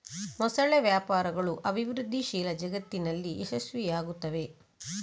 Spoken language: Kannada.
ಮೊಸಳೆ ವ್ಯಾಪಾರಗಳು ಅಭಿವೃದ್ಧಿಶೀಲ ಜಗತ್ತಿನಲ್ಲಿ ಯಶಸ್ವಿಯಾಗುತ್ತವೆ